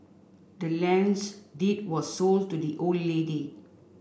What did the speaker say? the land's deed was sold to the old lady